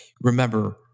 Remember